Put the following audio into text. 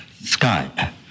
sky